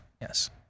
Yes